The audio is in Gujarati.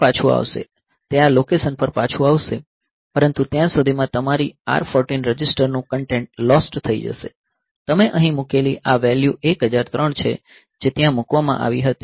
તે આ લોકેશન પર પાછું આવશે પરંતુ ત્યાં સુધીમાં તમારી R 14 રજિસ્ટર નું કન્ટેન્ટ લોસ્ટ થઈ જશે તમે અહીં મૂકેલી આ વેલ્યૂ 1003 છે જે ત્યાં મૂકવામાં આવી હતી